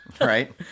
right